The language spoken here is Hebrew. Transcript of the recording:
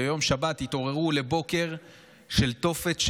וביום שבת התעוררו לבוקר של תופת,